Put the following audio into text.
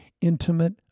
intimate